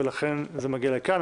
ולכן זה מגיע לכאן.